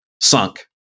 sunk